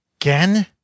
Again